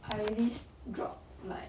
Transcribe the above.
I already s~ dropped like